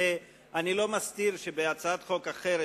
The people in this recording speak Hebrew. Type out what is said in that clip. אני לא מסתיר שבהצעת חוק אחרת,